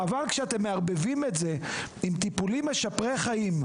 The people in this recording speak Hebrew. אבל כשאתם מערבבים את זה עם טיפולים משפרי חיים,